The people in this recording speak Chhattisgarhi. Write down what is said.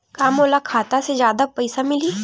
का मोला खाता से जादा पईसा मिलही?